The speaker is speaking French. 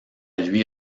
lui